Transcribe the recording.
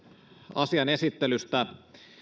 asian esittelystä